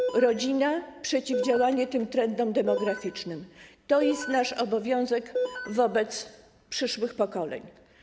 Dbanie o rodzinę, przeciwdziałanie tym trendom demograficznym to jest nasz obowiązek wobec przyszłych pokoleń.